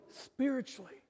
spiritually